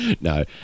No